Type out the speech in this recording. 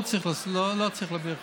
לא צריך להעביר חוק.